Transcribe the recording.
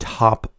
top